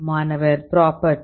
மாணவர் ப்ராப்பர்ட்டி